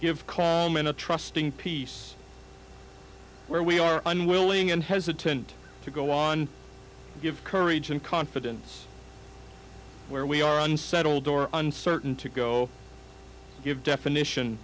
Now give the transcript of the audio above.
give in a trusting peace where we are unwilling and hesitant to go on give courage and confidence where we are unsettled or uncertain to go give definition